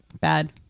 bad